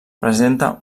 presenta